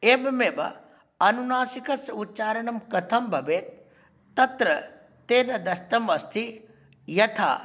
एवमेव अनुनासिकस्य उच्चारणं कथं भवेत् तत्र ते य दत्तम् अस्ति यथा